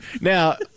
Now